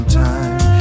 time